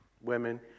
women